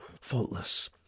faultless